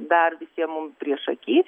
dar visiem mum priešaky